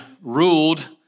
ruled